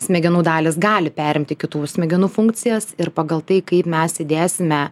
smegenų dalys gali perimti kitų smegenų funkcijas ir pagal tai kaip mes įdėsime